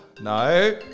no